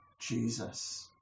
Jesus